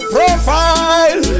Profile